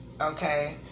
okay